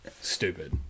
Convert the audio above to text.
stupid